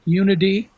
unity